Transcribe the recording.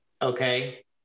okay